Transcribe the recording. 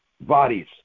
bodies